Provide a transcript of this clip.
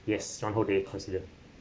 yes one whole day consider